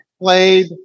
played